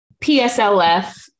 PSLF